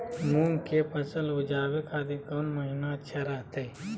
मूंग के फसल उवजावे खातिर कौन महीना अच्छा रहतय?